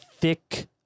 Thick